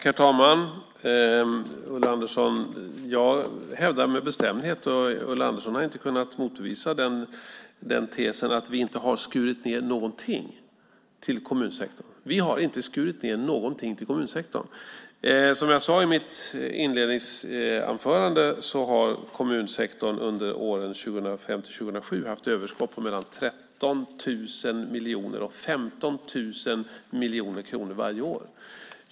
Herr talman! Jag hävdar med bestämdhet, och Ulla Andersson har inte kunnat motbevisa den tesen, att vi inte har skurit ned någonting på kommunsektorn. Vi har inte skurit ned någonting. Som jag sade i mitt inledningsanförande har kommunsektorn under åren 2005-2007 haft överskott på mellan 13 000 och 15 000 miljoner kronor varje år.